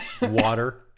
water